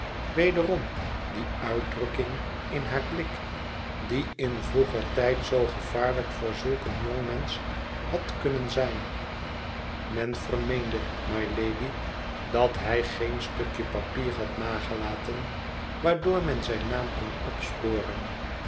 wederom die uitdrukking in haar blik die in vroeger tijd zoo gevaarlijk voor zulk een jongmensch had kunnen zijn men vermeende rnylady dat hij geen stukje papier had nagelaten waardoor men zijn naam kon opsporen